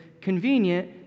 convenient